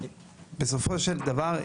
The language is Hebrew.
בסופו של דבר,